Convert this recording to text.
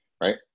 Right